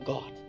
God